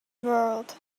world